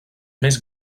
més